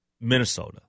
Minnesota